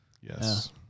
Yes